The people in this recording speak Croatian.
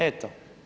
Eto.